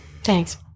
Thanks